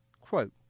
quote